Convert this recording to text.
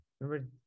Remember